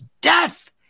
death